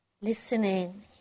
listening